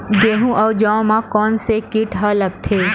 गेहूं अउ जौ मा कोन से कीट हा लगथे?